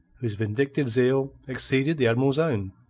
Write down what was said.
whose vindictive zeal exceeded the admiral's own.